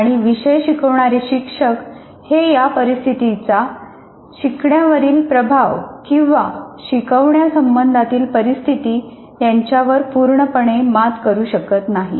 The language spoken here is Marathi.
आणि विषय शिकवणारे शिक्षक हे या परिस्थितीचा शिकवण्यावरील प्रभाव किंवा शिकवण्यासंबंधातील परिस्थिती यांच्यावर पूर्णपणे मात करू शकत नाहीत